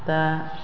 दा